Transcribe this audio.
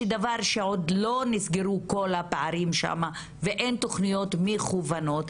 דבר שעוד לא נסגרו כל הפערים שם ואין תוכניות מכוונות,